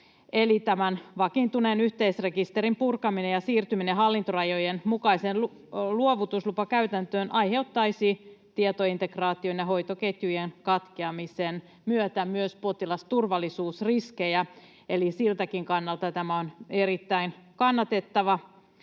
Tämän vakiintuneen yhteisrekisterin purkaminen ja siirtyminen hallintorajojen mukaiseen luovutuslupakäytäntöön aiheuttaisi tietointegraation ja hoitoketjujen katkeamisen myötä myös potilasturvallisuusriskejä, eli siltäkin kannalta tämä on erittäin kannatettava.